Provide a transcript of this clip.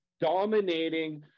dominating